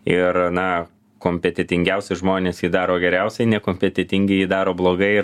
ir na kompetentingiausi žmonės jį daro geriausiai nekompetentingi jį daro blogai ir